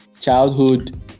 Childhood